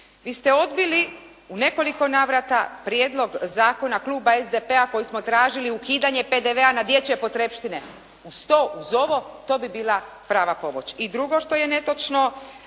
Vi ste odbili u nekoliko navrata prijedlog zakona kluba SDP-a kojim smo tražili ukidanje PDV-a na dječje potrepštine, uz to, uz ovo to bi bila prava pomoć. I drugo što je netočno,